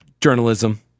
journalism